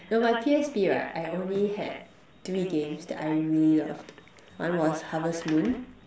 know my P_S_P right I only had three games that I really loved one was harvest moon